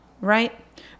right